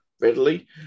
readily